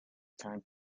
time